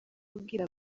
abwira